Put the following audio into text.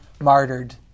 martyred